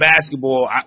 basketball